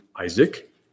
Isaac